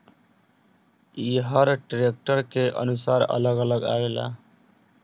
ई हर ट्रैक्टर के अनुसार अलग अलग आवेला